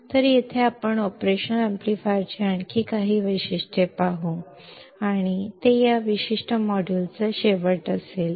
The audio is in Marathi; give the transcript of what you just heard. तर येथे आपण ऑपरेशनल एम्पलीफायरची आणखी काही वैशिष्ट्ये पाहू आणि ते या विशिष्ट मॉड्यूलचा शेवट असेल